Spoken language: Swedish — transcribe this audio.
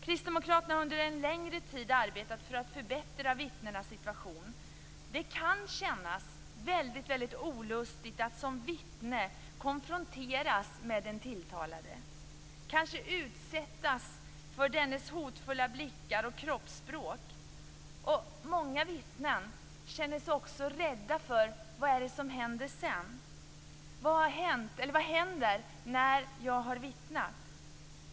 Kristdemokraterna har under en längre tid arbetat för att förbättra vittnenas situation. Det kan kännas olustigt att som vittne konfronteras med den tilltalade och kanske utsättas för dennes hotfulla blickar och kroppsspråk. Många vittnen känner sig också rädda för vad som kan hända när man har vittnat.